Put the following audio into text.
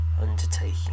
undertaking